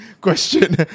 question